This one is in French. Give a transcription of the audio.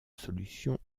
solutions